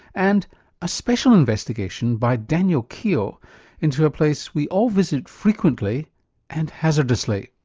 and a special investigation by daniel keogh into a place we all visit frequently and hazardously.